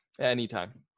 anytime